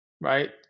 right